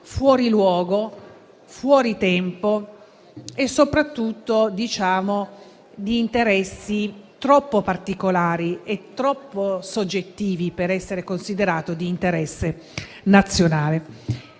fuori luogo, fuori tempo e soprattutto portatore di interessi troppo particolari e soggettivi per essere considerato di interesse nazionale.